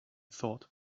thought